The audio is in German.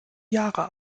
jahre